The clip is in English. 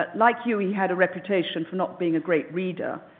but like you, he had a reputation for not being a great reader.